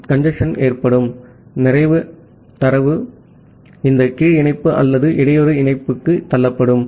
ஆகவே கஞ்சேஸ்ன் ஏற்படும் நிறைய தரவு இந்த கீழ் இணைப்பு அல்லது இடையூறு இணைப்புக்கு தள்ளப்படும்